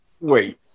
Wait